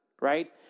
Right